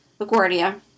LaGuardia